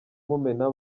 mumena